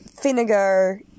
vinegar